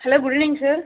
hello good evening sir